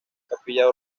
capilla